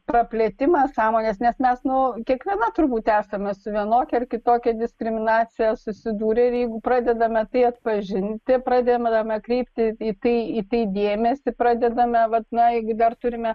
praplėtimas sąmonės nes mes nu kiekviena turbūt esame su vienokia ar kitokia diskriminacija susidūrę jeigu pradedame tai atpažinti pradedame kreipti į tai į tai dėmesį pradedame vat na jeigu dar turime